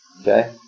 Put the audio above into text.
Okay